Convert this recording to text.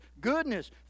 goodness